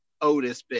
Otis